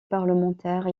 parlementaire